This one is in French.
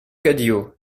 cadio